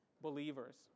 believers